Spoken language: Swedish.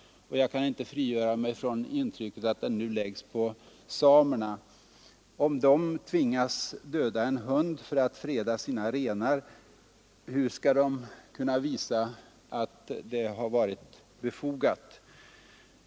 Jag kan inte frigöra mig från intrycket att den nu läggs på samerna. Om de tvingas döda en hund för att freda sina renar, hur skall de kunna visa att det var befogat?